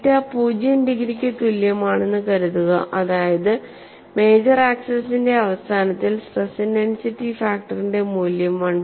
തീറ്റ 0 ഡിഗ്രിക്ക് തുല്യമാണെന്ന് കരുതുക അതായത് മേജർ ആക്സിസിന്റെ അവസാനത്തിൽ സ്ട്രെസ് ഇന്റൻസിറ്റി ഫാക്ടറിന്റെ മൂല്യം 1